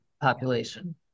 population